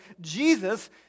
Jesus